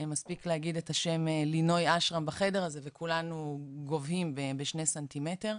מספיק להגיד את השם לינוי אשראם בחדר הזה וכולנו גובהים בשני סנטימטר,